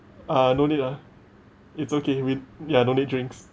uh no need lah it's okay we ya don't need drinks